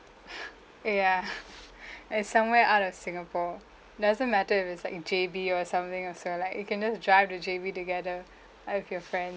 ya and somewhere out of singapore doesn't matter if it's like J_B or something also like you can just drive to J_B together uh with your friend